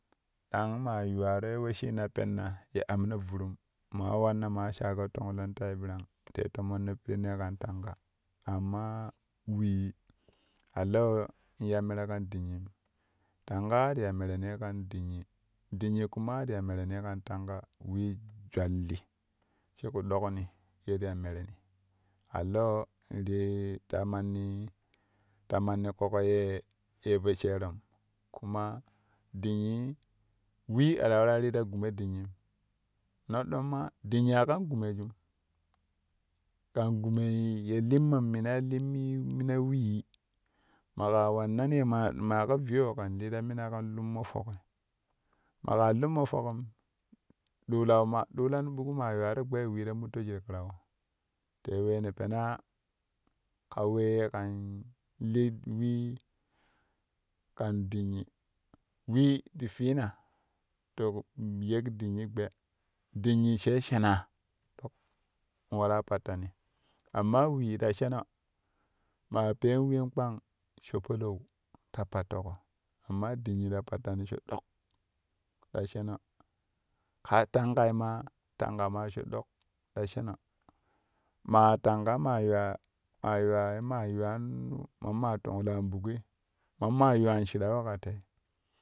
Dang maa yuwaroi ye wesshina penna ye ammna vurum maa wanna man shago fonglou tai ɓirang te nomonno ti piree kan tanga amma wee a lewo in ya mere kan dinniyim tanga ti ya mereroi kan dinnyi dinnyi kuma ti ya mereroi kan tanga wee jwalli shi ƙu dokni ye ti ya mereni a lewo ri ta manni ta manni ƙoƙo yee ye po sherom kuna dinnyi wee a ta waraa ri ta gume dinnyim noɗɗom ma dinnyi a kan gumejum kan gumei ye limmou minai limmii mina wee maƙa wannan ma ka viyo kɛn lin ta mina kɛn lummo foƙi maƙa lummo foƙim dulau ma duulan ɓuk maa yuwaro gbe ta muttoju ti ƙiraƙo te wee ne penaa ka we kan li wee kan dinnyi wee ti fiina te ku yek dinnyi gbe dinnyi sai shenaa in waraa pattani amma wee ta sheno maa peen ween kpang sho palau ta pattiƙo amma dinnyi ta pattani sho ɗok ta sheno kaa tangai maa tanga maa sha ɗok ta sheno ma tanga maa yuwa maa yuwa ye ma yuwan mammaa tangaan ɓuƙi mamma yuwaan shirawi ka te.